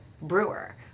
brewer